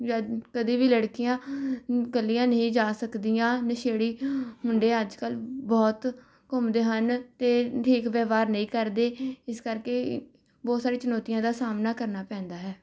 ਜਦ ਕਦੀ ਵੀ ਲੜਕੀਆਂ ਇਕੱਲੀਆਂ ਨਹੀਂ ਜਾ ਸਕਦੀਆਂ ਨਸ਼ੇੜੀ ਮੁੰਡੇ ਅੱਜ ਕੱਲ੍ਹ ਬਹੁਤ ਘੁੰਮਦੇ ਹਨ ਅਤੇ ਠੀਕ ਵਿਵਹਾਰ ਨਹੀਂ ਕਰਦੇ ਇਸ ਕਰਕੇ ਬਹੁਤ ਸਾਰੀ ਚੁਣੌਤੀਆਂ ਦਾ ਸਾਹਮਣਾ ਕਰਨਾ ਪੈਂਦਾ ਹੈ